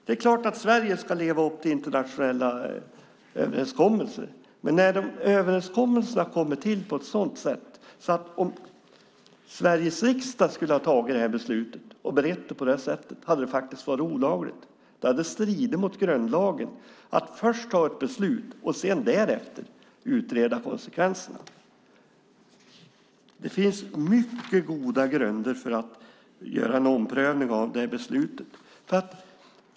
Det är klart att Sverige ska leva upp till internationella överenskommelser, men överenskommelserna har kommit till på ett sådant sätt att det om Sveriges riksdag hade tagit beslutet och berett det på detta sätt faktiskt hade varit olagligt. Det hade stridit mot grundlagen att först ta ett beslut och sedan utreda konsekvenserna. Det finns mycket goda grunder för att göra en omprövning av detta beslut.